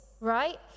right